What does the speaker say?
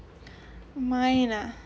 mine ah